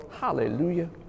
Hallelujah